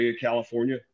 California